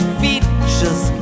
features